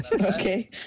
Okay